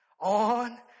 on